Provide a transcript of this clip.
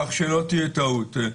כך שלא תהיה טעות.